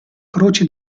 croce